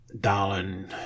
darling